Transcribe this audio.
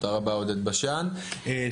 חה"כ וולדיגר, בבקשה.